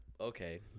Okay